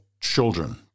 children